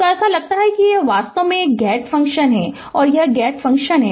तो ऐसा लगता है कि यह वास्तव में एक गेट फ़ंक्शन है यह एक गेट फ़ंक्शन है